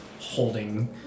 holding